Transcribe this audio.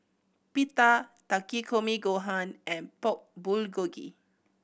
Pita Takikomi Gohan and Pork Bulgogi